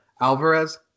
Alvarez